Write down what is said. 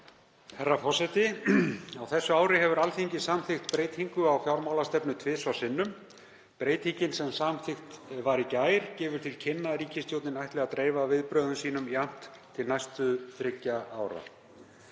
Herra forseti. Á þessu ári hefur Alþingi samþykkt breytingu á fjármálastefnu tvisvar sinnum. Breytingin sem samþykkt var í gær gefur til kynna að ríkisstjórnin ætli að dreifa viðbrögðum sínum jafnt til næstu þriggja ára.